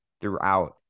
throughout